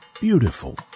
beautiful